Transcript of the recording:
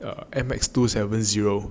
M_X two seven zero